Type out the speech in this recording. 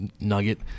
nugget